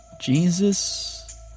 Jesus